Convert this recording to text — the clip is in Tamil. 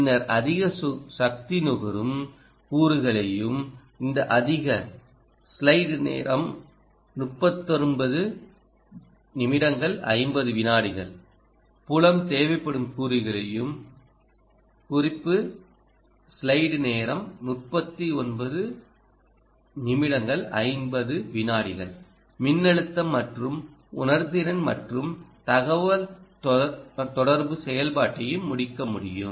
பின்னர் அதிக சக்தி நுகரும் கூறுகளையும் இந்த அதிக ஸ்லைட் நேரம் 3950 புலம் தேவைப்படும் கூறுகளையும் குறிப்பு நேரம் 3950 மின்னழுத்தம் மற்றும் உணர்திறன் மற்றும் தகவல்தொடர்பு செயல்பாட்டையும் முடிக்க முடியும்